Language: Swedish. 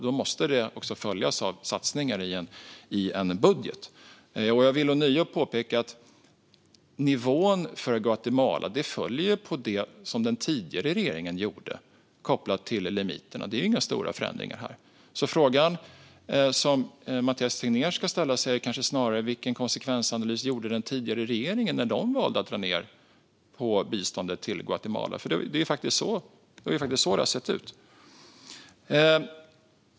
Då måste det motsvaras av satsningar i en budget. Jag vill ånyo påpeka att nivån för Guatemala följer på det som den tidigare regeringen gjorde kopplat till limiterna; det är inga stora förändringar. Så den fråga Mathias Tegnér ska ställa sig är kanske snarare vilken konsekvensanalys den tidigare regeringen gjorde när den valde att dra ned på biståndet till Guatemala. Det är faktiskt så det har sett ut.